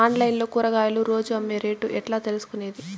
Online లో కూరగాయలు రోజు అమ్మే రేటు ఎట్లా తెలుసుకొనేది?